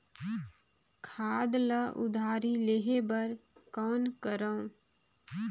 खाद ल उधारी लेहे बर कौन करव?